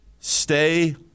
stay